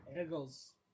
Eagles